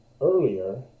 earlier